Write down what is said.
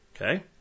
okay